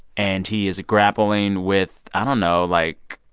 and he is grappling with, i don't know, like,